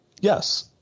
Yes